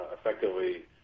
effectively